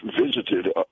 visited